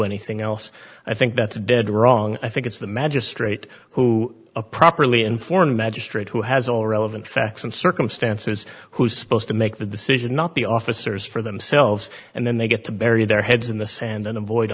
anything else i think that's dead wrong i think it's the magistrate who a properly informed magistrate who has all relevant facts and circumstances who's supposed to make the decision not the officers for themselves and then they get to bury their heads in the sand and avoid